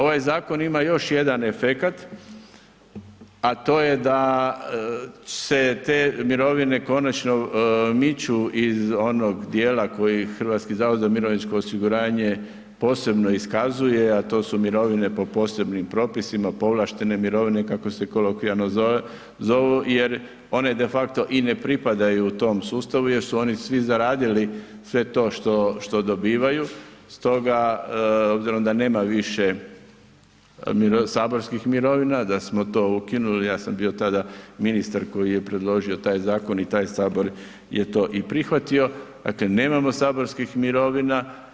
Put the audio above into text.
Ovaj zakon ima još jedan efekat, a to je da se te mirovine konačno miču iz onog dijela koji HZMO posebno iskazuje, a to su mirovine po posebnim propisima, povlaštene mirovine, kako se kolokvijalno zovu, jer one defakto i ne pripadaju tom sustavu jer su oni svi zaradili sve to što, što dobivaju, stoga obzirom da nema više saborskih mirovina, da smo to ukinuli, ja sam bio tada ministar koji je predložio taj zakon i taj sabor je to i prihvatio, dakle, nemamo saborskih mirovina.